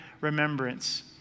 remembrance